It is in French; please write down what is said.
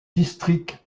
district